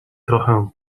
trochę